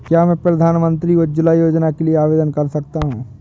क्या मैं प्रधानमंत्री उज्ज्वला योजना के लिए आवेदन कर सकता हूँ?